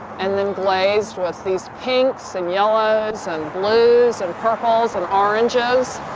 and then glazed with these pinks and yellows and blues and purples and oranges.